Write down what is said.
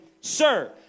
Sir